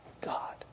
God